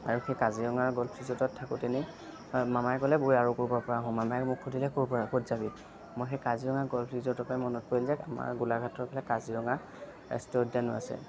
আৰু সেই কাজিৰঙা গল্ফ ৰিজৰ্টত থাকোঁতেনেই মামাই ক'লে বৈ আৰু কৰবাৰ পৰা আহোঁ মামাই মোক সুধিলে ক'ৰ পৰা ক'ত যাবি মই সেই কাজিৰঙা গল্ফ ৰিজৰ্টৰ পৰাই মনত পৰিল যে আমাৰ গোলাঘাটৰ ফালে কাজিৰঙা ৰাষ্ট্ৰীয় উদ্যানো আছে